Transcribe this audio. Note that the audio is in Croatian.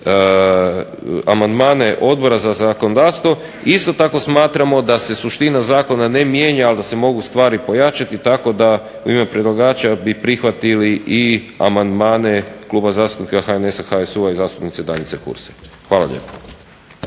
amandmane Odbora za zakonodavstvo, isto tako smatramo da se suština zakona ne mijenja ali da se mogu stvari pojačati. Tako da u ime predlagača bi prihvatili i amandmane Kluba zastupnika HNS-a, HSU-a i zastupnice Danice Hurse. Hvala lijepo.